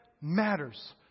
matters